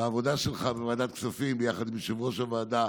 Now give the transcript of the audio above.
בעבודה שלך בוועדת הכספים ביחד עם יושב-ראש הוועדה